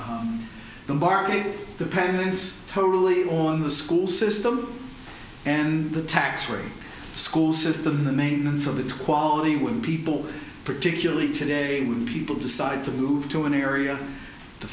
the market depends totally on the school system and the tax free school system the maintenance of the quality when people particularly today when people decide to move to an area the